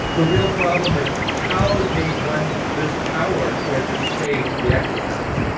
the real problem is how they want this power or this say to be exercised.